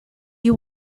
you